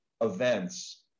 events